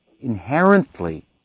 inherently